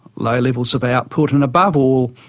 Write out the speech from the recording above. low levels of output and above all,